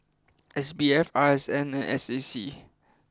S B F R S N and S A C